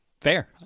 Fair